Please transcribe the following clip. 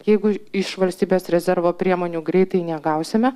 jeigu iš valstybės rezervo priemonių greitai negausime